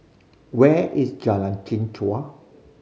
where is Jalan Chichau